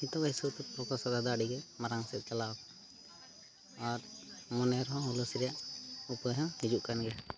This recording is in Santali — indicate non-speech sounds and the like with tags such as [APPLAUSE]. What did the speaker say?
ᱱᱤᱛᱚᱜᱟᱜ ᱦᱤᱤᱥᱟᱹᱵᱽ ᱛᱮ [UNINTELLIGIBLE] ᱟᱹᱰᱤᱜᱮ ᱢᱟᱨᱟᱝ ᱥᱮᱫ ᱪᱟᱞᱟᱣ ᱟᱠᱟᱱᱟ ᱟᱨ ᱢᱚᱱᱮᱨᱮᱦᱚᱸ ᱦᱩᱞᱟᱹᱥ ᱨᱮᱭᱟᱜ ᱩᱯᱟᱹᱭ ᱦᱚᱸ ᱦᱤᱡᱩᱜᱠᱟᱱ ᱜᱮᱭᱟ